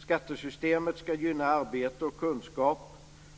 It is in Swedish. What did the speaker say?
Skattesystemet ska gynna arbete och kunskap